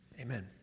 Amen